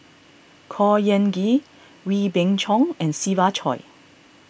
Khor Ean Ghee Wee Beng Chong and Siva Choy